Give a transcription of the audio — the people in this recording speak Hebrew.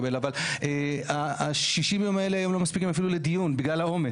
אבל שישים הימים האלה לא מספיקים אפילו לדיון בגלל העומס.